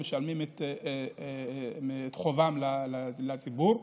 משלמים את חובם לציבור,